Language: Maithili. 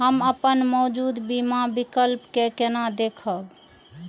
हम अपन मौजूद बीमा विकल्प के केना देखब?